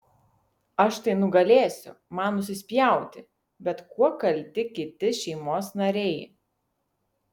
aš tai nugalėsiu man nusispjauti bet kuo kalti kiti šeimos nariai